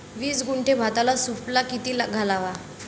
वीस गुंठे भाताला सुफला किती घालावा?